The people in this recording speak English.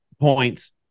points